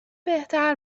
بهتر